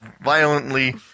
violently